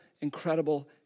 incredible